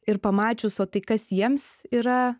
ir pamačius o tai kas jiems yra